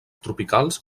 tropicals